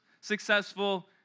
successful